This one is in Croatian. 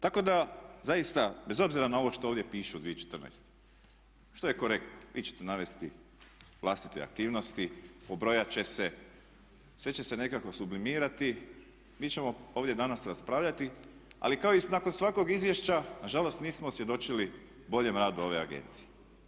Tako da zaista bez obzira na ovo što ovdje piše u 2014.što je korektno vi ćete navesti vlastite aktivnosti, pobrojat će se, sve će se nekako sublimirati, mi ćemo ovdje danas raspravljati ali kao i nakon svakog izvješća nažalost nismo svjedočili boljem radu ove agencije.